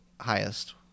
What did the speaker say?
highest